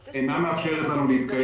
אבל -- אי אפשר להגיד